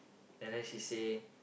and then she say